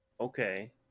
Okay